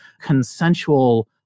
consensual